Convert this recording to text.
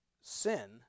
sin